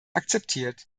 akzeptiert